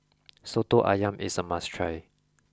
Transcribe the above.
Soto Ayam is a must try